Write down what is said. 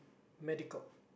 medical